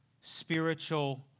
spiritual